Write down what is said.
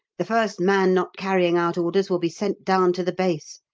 the first man not carrying out orders will be sent down to the base,